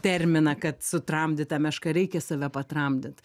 terminą kad sutramdyta meška reikia save patramdyt